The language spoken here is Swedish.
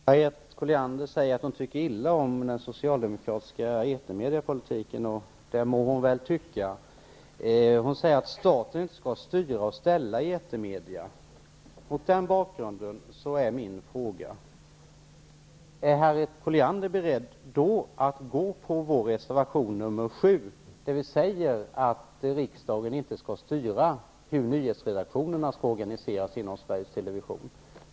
Herr talman! Harriet Colliander säger att hon tycker illa om den socialdemokratiska etermediepolitiken, och det må hon väl tycka. Hon säger att staten inte skall styra och ställa i etermedia. Mot den bakgrunden är min fråga: Är Harriet Colliander då beredd att ställa sig bakom vår reservation 7, där vi säger att riksdagen inte skall styra hur nyhetsredaktionerna skall organiseras inom Sveriges Television.